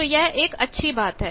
तो यह एक अच्छी बात है